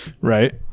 right